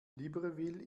libreville